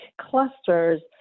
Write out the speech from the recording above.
clusters